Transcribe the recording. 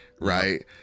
Right